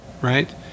right